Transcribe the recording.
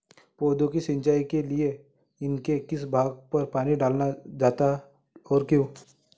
पौधों की सिंचाई के लिए उनके किस भाग पर पानी डाला जाता है और क्यों?